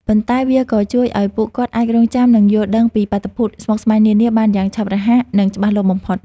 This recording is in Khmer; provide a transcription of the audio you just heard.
ប៉ុន្តែវាក៏ជួយឱ្យពួកគាត់អាចចងចាំ និងយល់ដឹងពីបាតុភូតស្មុគស្មាញនានាបានយ៉ាងឆាប់រហ័ស និងច្បាស់លាស់បំផុត។